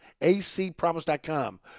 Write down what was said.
acpromise.com